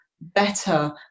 better